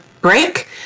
break